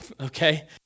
Okay